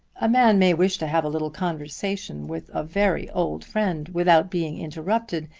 a man may wish to have a little conversation with a very old friend without being interrupted,